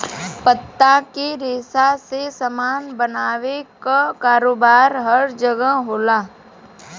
पत्ता के रेशा से सामान बनावे क कारोबार हर जगह होला